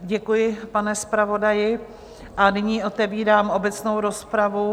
Děkuji, pane zpravodaji, a nyní otevírám obecnou rozpravu.